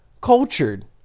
cultured